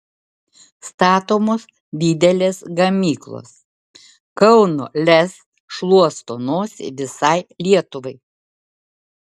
statomos didelės gamyklos kauno lez šluosto nosį visai lietuvai